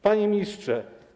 Panie Ministrze!